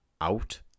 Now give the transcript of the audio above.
out